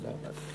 תודה.